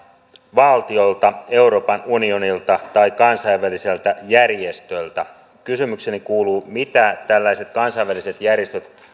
valtiolta euroopan unionilta tai kansainväliseltä järjestöltä kysymykseni kuuluu mitä tällaiset kansainväliset järjestöt